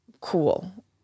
cool